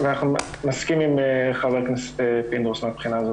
--- ואני מסכים עם ח"כ פינדרוס מהבחינה הזאת.